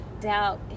doubt